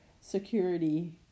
security